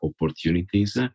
opportunities